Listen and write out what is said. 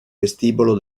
vestibolo